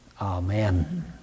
Amen